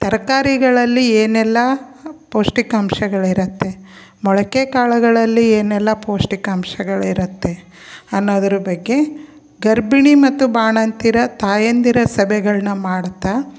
ತರಕಾರಿಗಳಲ್ಲಿ ಏನೆಲ್ಲ ಪೌಷ್ಟಿಕಾಂಶಗಳಿರುತ್ತೆ ಮೊಳಕೆ ಕಾಳುಗಳಲ್ಲಿ ಏನೆಲ್ಲ ಪೌಷ್ಟಿಕಾಂಶಗಳಿರುತ್ತೆ ಅನ್ನೋದ್ರ ಬಗ್ಗೆ ಗರ್ಭಿಣಿ ಮತ್ತು ಬಾಣಂತಿಯರ ತಾಯಂದಿರ ಸಭೆಗಳನ್ನ ಮಾಡ್ತಾ